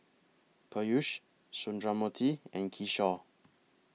Peyush Sundramoorthy and Kishore